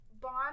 Bond